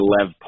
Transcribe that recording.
Lev